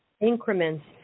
increments